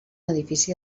edifici